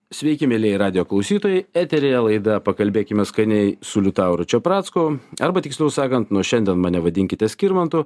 sveiki mielieji radijo klausytojai eteryje laida pakalbėkime skaniai su liutauru čepracku arba tiksliau sakant nuo šiandien mane vadinkite skirmantu